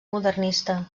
modernista